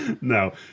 No